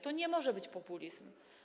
To nie może być populizm.